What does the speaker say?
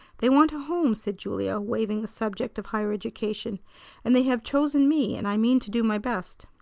they want a home, said julia, waiving the subject of higher education and they have chosen me, and i mean to do my best.